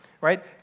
right